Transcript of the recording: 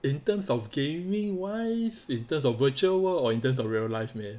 in terms of gaming wise in terms of virtual world or in terms of real life man